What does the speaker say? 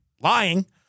lying